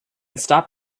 stop